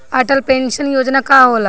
Atal pension योजना का होला?